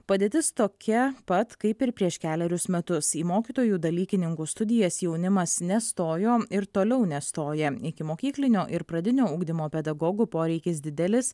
padėtis tokia pat kaip ir prieš kelerius metus į mokytojų dalykininkų studijas jaunimas nestojo ir toliau nestoja ikimokyklinio ir pradinio ugdymo pedagogų poreikis didelis